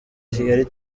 kigali